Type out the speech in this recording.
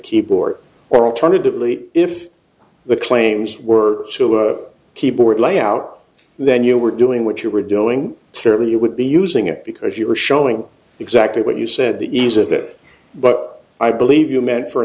keyboard or alternatively if the claims were to a keyboard layout then you were doing what you were doing certainly it would be using it because you were showing exactly what you said the ease of it but i believe you meant for